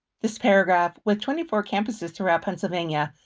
this paragraph with twenty four campuses throughout pennsylvania,